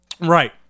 Right